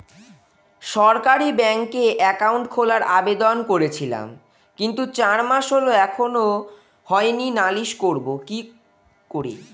সরকারি ব্যাংকে একাউন্ট খোলার আবেদন করেছিলাম কিন্তু চার মাস হল এখনো হয়নি নালিশ করব কি?